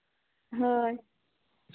ᱦᱳᱭ